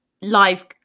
live